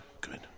Good